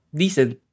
decent